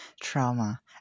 trauma